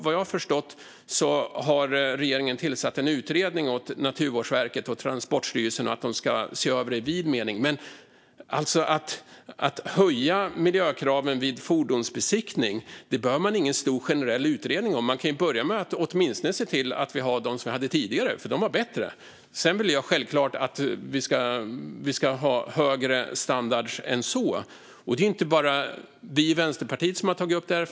Vad jag förstår har regeringen uppdragit åt Naturvårdsverket och Transportstyrelsen att se över detta i vid mening. Men att höja miljökraven vid fordonsbesiktning behöver man ingen stor, generell utredning om. Man kan börja med att åtminstone se till att vi har de krav som vi hade tidigare, för de var bättre. Sedan vill jag självklart att vi ska ha högre standarder än så, och det är inte bara vi i Vänsterpartiet som har tagit upp det.